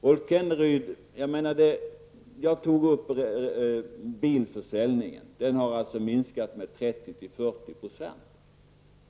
Rolf Kenneryd, jag nämnde bilförsäljningen, som har minskat med mellan 30 och 40 %.